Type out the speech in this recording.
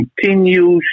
continues